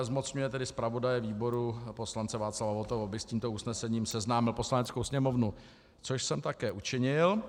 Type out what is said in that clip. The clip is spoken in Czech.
Zmocňuje zpravodaje výboru poslance Votavu, aby s tímto usnesením seznámil Poslaneckou sněmovnu, což jsem také učinil.